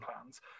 plans